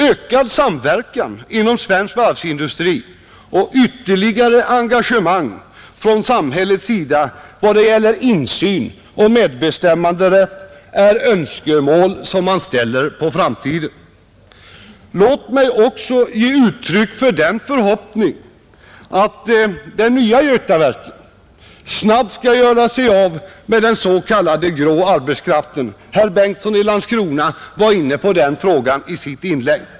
Ökad samverkan inom svensk varvsindustri och ytterligare engagemang från samhällets sida i vad gäller insyn och medbestämmanderätt är önskemål man ställer för framtiden, Låt mig också ge uttryck för den förhoppningen att det nya Götaverken snabbt skall göra sig av med den s.k. grå arbetskraften, Herr Bengtsson i Landskrona var inne på den frågan i sitt inlägg.